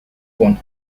bun